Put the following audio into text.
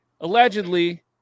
allegedly